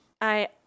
I-